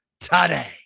today